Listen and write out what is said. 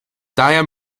daher